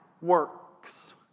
works